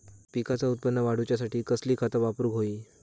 पिकाचा उत्पन वाढवूच्यासाठी कसली खता वापरूक होई?